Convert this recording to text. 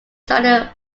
stunning